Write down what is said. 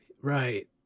right